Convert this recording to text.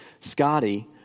Scotty